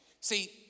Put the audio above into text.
See